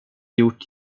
gjort